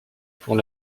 pour